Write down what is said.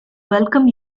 welcome